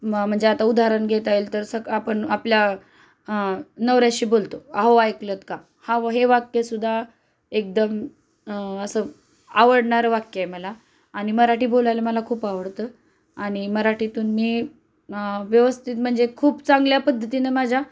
म म्हणजे आता उदाहरण घेता येईल तर सग आपण आपल्या नवऱ्याशी बोलतो अहो ऐकलत का हाव हे वाक्यसुद्धा एकदम असं आवडणारं वाक्य आहे मला आणि मराठी बोलायला मला खूप आवडतं आणि मराठीतून मी व्यवस्थित म्हणजे खूप चांगल्या पद्धतीने माझ्या